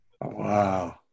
Wow